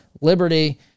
liberty